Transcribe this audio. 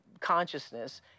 consciousness